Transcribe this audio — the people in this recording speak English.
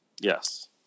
Yes